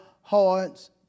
heart's